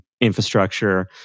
infrastructure